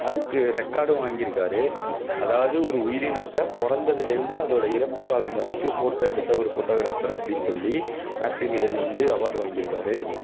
அதுக்கு ரெக்கார்டும் வாங்கியிருக்காரு அதாவது ஒரு உயிரினத்தை பிறந்ததுலேந்தே அதோட இறப்பு காலம் வரைக்கும் ஃபோட்டோ எடுத்த ஒரு ஃபோட்டோகிராஃபர் அப்டின்னு சொல்லி மேத்தீவ் ஹிடன் வந்து அவார்டு வாங்கியிருக்காரு